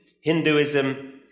Hinduism